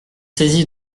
saisi